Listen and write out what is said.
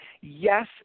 Yes